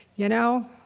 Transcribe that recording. you know,